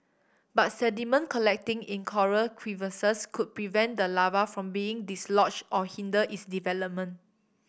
but sediment collecting in coral crevices could prevent the larva from being dislodged or hinder its development